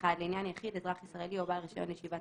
(1)לעניין יחיד - אזרח ישראלי או בעל רישיון לישיבת